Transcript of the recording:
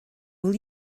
will